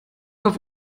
auf